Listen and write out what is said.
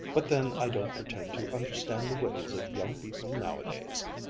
but then i don't pretend to understand the ways of young people nowadays.